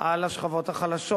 על השכבות החלשות.